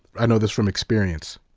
i know this from experience.